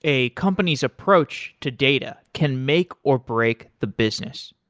a company's approach to data can make or break the business.